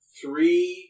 three